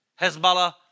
Hezbollah